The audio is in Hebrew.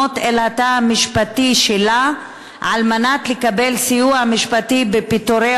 אל התא המשפטי שלה על מנת לקבל סיוע משפטי בפיטורי